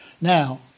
Now